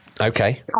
Okay